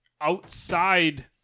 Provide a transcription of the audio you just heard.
outside